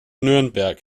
nürnberg